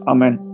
Amen